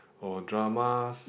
or dramas